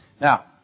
Now